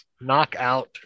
knockout